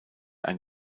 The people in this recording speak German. ein